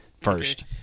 first